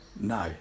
No